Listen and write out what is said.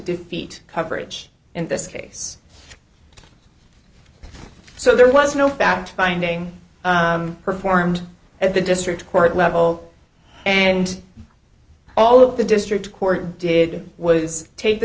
defeat coverage in this case so there was no fact finding performed at the district court level and all the district court did was take the